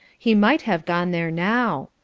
he might have gone there now.